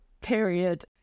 period